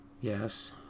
Yes